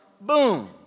boom